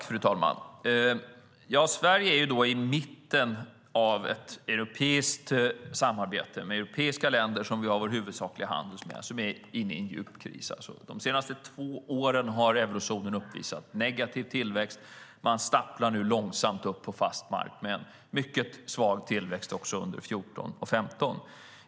Fru talman! Sverige är i mitten av ett europeiskt samarbete med europeiska länder, som vi har vår huvudsakliga handel med, som är inne i en djup kris. De senaste två åren har eurozonen uppvisat negativ tillväxt. Man stapplar nu långsamt upp på fast mark med en mycket svag tillväxt också under 2014 och 2015.